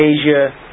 Asia